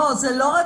לא,